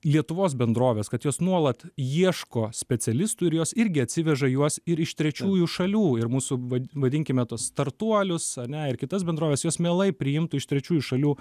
lietuvos bendrovės kad jos nuolat ieško specialistų ir jos irgi atsiveža juos ir iš trečiųjų šalių ir mūsų va vadinkime tuos startuolius ane ir kitas bendroves jos mielai priimtų iš trečiųjų šalių